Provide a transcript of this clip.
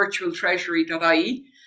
virtualtreasury.ie